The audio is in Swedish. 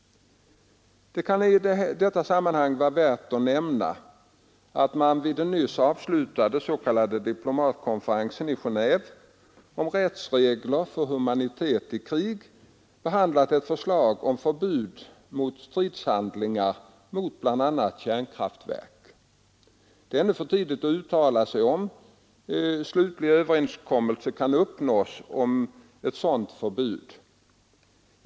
Det kan i detta sammanhang vara värt att nämna att man vid den nyss avslutade s.k. diplomatkonferensen i Geneve om rättsregler för humanitet i krig behandlat ett förslag om förbud mot stridshandlingar mot bl.a. kärnkraftverk. Det är ännu för tidigt att uttala sig om huruvida slutlig överenskommelse kan uppnås om ett sådant förbud nu.